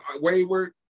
wayward